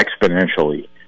exponentially